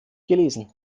gelesen